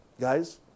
Guys